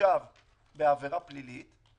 עכשיו בעבירה פלילית.